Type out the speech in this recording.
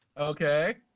Okay